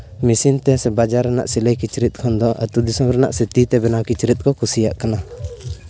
machine ᱛᱮ ᱥᱮ ᱵᱟᱡᱟᱨ ᱨᱮᱱᱟᱜ ᱥᱤᱞᱟᱹᱭ ᱠᱤᱪᱨᱤᱡ ᱠᱷᱚᱱ ᱫᱚ ᱟᱹᱛᱩ ᱫᱤᱥᱚᱢ ᱨᱮᱱᱟᱜ ᱛᱤᱛᱮ ᱵᱮᱱᱟᱣ ᱠᱤᱪᱨᱤᱡ ᱠᱚ ᱠᱩᱥᱤᱭᱟᱜ ᱠᱟᱱᱟ